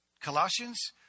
Colossians